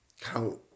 count